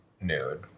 nude